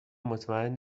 مطمئن